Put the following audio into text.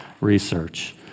Research